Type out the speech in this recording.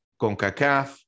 CONCACAF